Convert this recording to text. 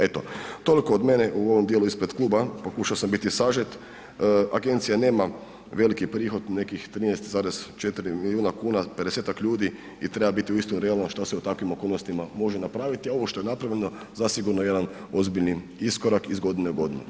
Eto, toliko od mene u ovom djelu ispred kluba, pokušao sam biti sažet, agencija nema veliki prihod, nekih 13,4 milijuna kuna, 50-ak ljudi i treba biti uistinu realan šta se u takvim okolnostima može napraviti a ovo što je napravljeno, zasigurno je jedan ozbiljni iskorak iz godine u godinu.